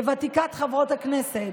כוותיקת חברות הכנסת,